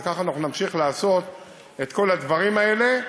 וכך אנחנו נמשיך לעשות את כל הדברים האלה.